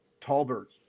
Talbert